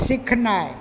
सीखनाइ